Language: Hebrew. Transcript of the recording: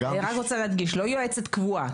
אני רק רוצה להדגיש שאני לא יועצת קבועה.